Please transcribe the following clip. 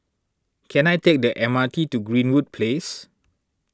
can I take the M R T to Greenwood Place